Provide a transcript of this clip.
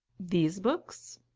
these books?